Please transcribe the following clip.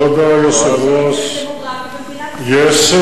אמרתי: ילודה, בהיבט הדמוגרפי במדינת ישראל.